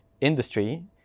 industry